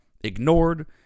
ignored